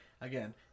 Again